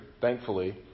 thankfully